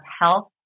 health